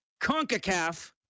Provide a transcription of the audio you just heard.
CONCACAF